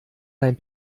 dein